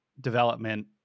development